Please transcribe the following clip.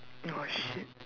no ah shit